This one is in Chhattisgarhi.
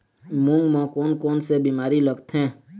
मूंग म कोन कोन से बीमारी लगथे?